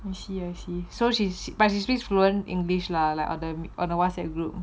I see I see so she but she speaks fluent english lah like on the on a Whatsapp group